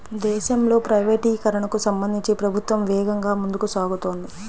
దేశంలో ప్రైవేటీకరణకు సంబంధించి ప్రభుత్వం వేగంగా ముందుకు సాగుతోంది